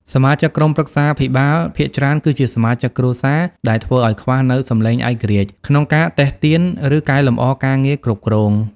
សមាជិកក្រុមប្រឹក្សាភិបាលភាគច្រើនគឺជាសមាជិកគ្រួសារ ដែលធ្វើឱ្យខ្វះនូវ "សំឡេងឯករាជ្យ" ក្នុងការទិតៀន ឬកែលម្អការងារគ្រប់គ្រង។